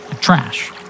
Trash